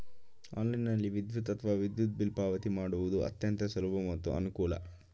ಆನ್ಲೈನ್ನಲ್ಲಿ ವಿದ್ಯುತ್ ಅಥವಾ ವಿದ್ಯುತ್ ಬಿಲ್ ಪಾವತಿ ಮಾಡುವುದು ಅತ್ಯಂತ ಸುಲಭ ಮತ್ತು ಅನುಕೂಲ